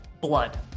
blood